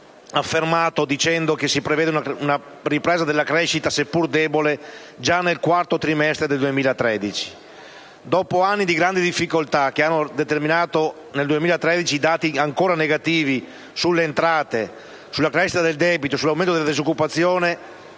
ha affermato che si prevede una ripresa della crescita, seppur debole, già nel quarto trimestre del 2013. Dopo anni di grande difficoltà che hanno determinato nel 2013 dati ancora negativi sulle entrate, sulla crescita del debito, sull'aumento della disoccupazione,